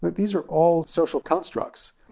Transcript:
but these are all social constructs.